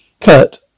Kurt